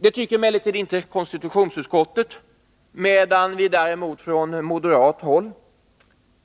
Det tycker inte konstitutionsutskottet, medan vi däremot från moderat håll